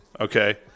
Okay